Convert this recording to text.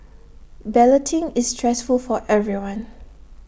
balloting is stressful for everyone